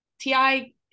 TI